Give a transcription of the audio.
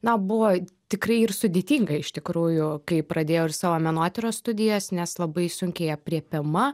na buvo tikrai sudėtinga iš tikrųjų kai pradėjau ir savo menotyros studijas nes labai sunkiai aprėpiama